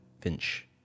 Finch